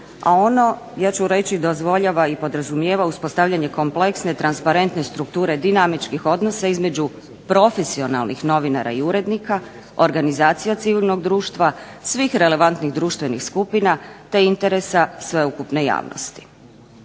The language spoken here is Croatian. a ono ja ću reći dozvoljava i podrazumijeva uspostavljanje kompleksne, transparentne strukture dinamičkih odnosa između profesionalnih novinara i urednika, organizacija civilnog društva, svih relevantnih društvenih skupina te interesa sveukupne javnosti.